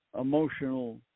emotional